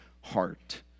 heart